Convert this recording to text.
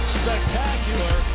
spectacular